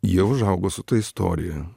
jie užaugo su ta istorija